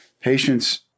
patients